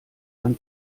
dann